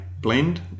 blend